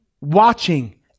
watching